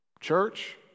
church